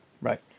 Right